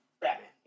Batman